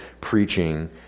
preaching